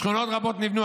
שכונות רבות נבנו,